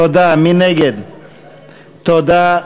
תודה.